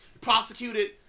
prosecuted